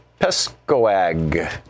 Pescoag